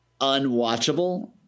unwatchable